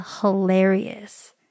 hilarious